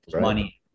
money